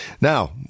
Now